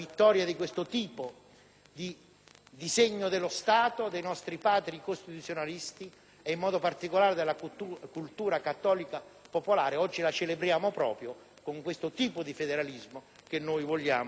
disegno dello Stato dei nostri Padri costituenti, in modo particolare della cultura cattolico-popolare, la celebriamo oggi proprio con questo tipo di federalismo che vogliamo portare avanti.